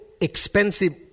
expensive